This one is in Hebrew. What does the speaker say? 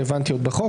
בחוק,